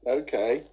okay